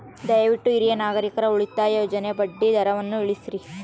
ದಯವಿಟ್ಟು ಹಿರಿಯ ನಾಗರಿಕರ ಉಳಿತಾಯ ಯೋಜನೆಯ ಬಡ್ಡಿ ದರವನ್ನು ತಿಳಿಸ್ರಿ